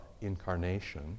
incarnation